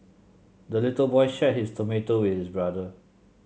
the little boy shared his tomato with his brother